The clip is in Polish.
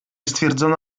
stwierdzono